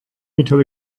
mutual